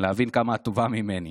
כדי להבין כמה את טובה ממני.